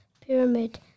pyramid